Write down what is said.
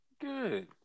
Good